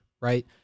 Right